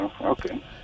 Okay